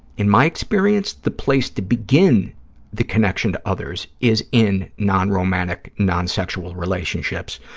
in my experience, the place to begin the connection to others is in non-romantic, non-sexual relationships,